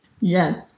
Yes